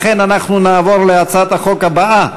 לכן אנחנו נעבור להצעת החוק הבאה.